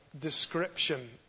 description